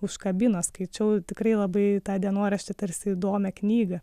užkabino skaičiau tikrai labai tą dienoraštį tarsi įdomią knygą